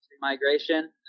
migration